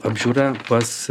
apžiūra pas